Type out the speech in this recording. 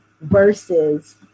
versus